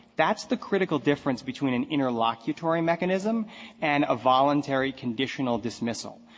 that's the critical difference between an interlocutory mechanism and a voluntary conditional dismissal.